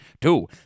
two